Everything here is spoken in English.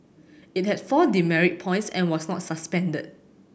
it had four demerit points and was not suspended